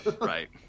right